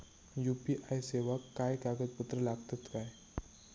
UPI सेवाक काय कागदपत्र लागतत काय?